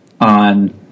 on